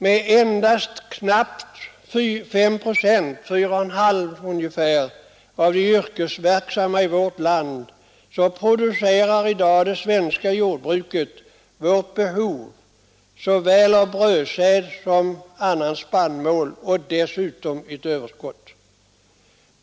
Med endast ungefär 4,5 procent av de yrkesverksamma i vårt land producerar det svenska jordbruket vårt behov av såväl brö som annan spannmål och dessutom ett överskott.